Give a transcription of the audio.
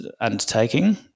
undertaking